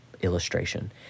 illustration